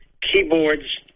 keyboards